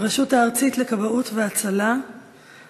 הרשות הארצית לכבאות והצלה (תיקון מס' 2),